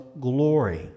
glory